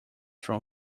from